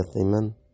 Amen